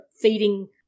feeding